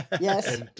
Yes